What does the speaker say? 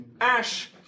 Ash